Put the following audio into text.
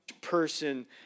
person